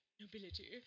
nobility